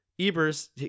Ebers